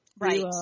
Right